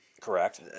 Correct